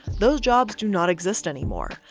those jobs do not exist anymore.